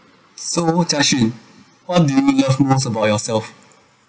so Jia Xun what do you love most about yourself